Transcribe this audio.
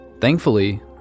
Thankfully